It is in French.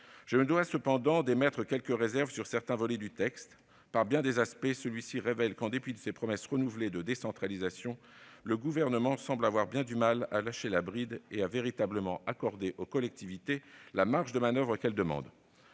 Je me dois cependant d'émettre quelques réserves sur certains volets du texte. Par bien des aspects, celui-ci révèle que, en dépit de ses promesses renouvelées de décentralisation, le Gouvernement semble avoir bien du mal à lâcher la bride et à accorder véritablement aux collectivités territoriales la marge de manoeuvre qu'elles demandent.